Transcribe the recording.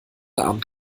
abend